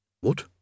What